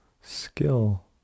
skill